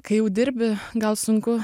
kai jau dirbi gal sunku